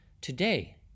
Today